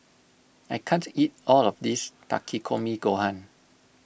I can't eat all of this Takikomi Gohan